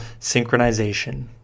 synchronization